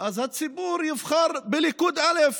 הציבור יבחר בליכוד א',